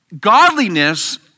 Godliness